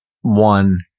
one